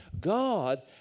God